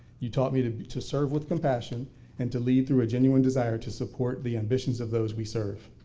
you taught me to to serve with compassion and to lead through a genuine desire to support the ambitions of those we serve.